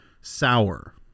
sour